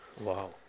Wow